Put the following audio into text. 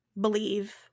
believe